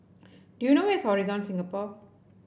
do you know where is Horizon Singapore